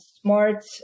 smart